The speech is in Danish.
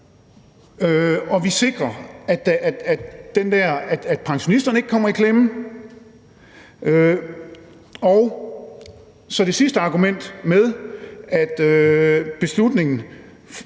og vi sikrer, at pensionisterne ikke kommer i klemme, og det sidste argument er, at man